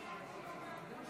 אין